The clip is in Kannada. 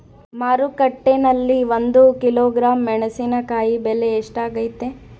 ಮಾರುಕಟ್ಟೆನಲ್ಲಿ ಒಂದು ಕಿಲೋಗ್ರಾಂ ಮೆಣಸಿನಕಾಯಿ ಬೆಲೆ ಎಷ್ಟಾಗೈತೆ?